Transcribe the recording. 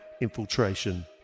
infiltration